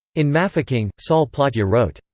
in mafeking, sol plaatje wrote,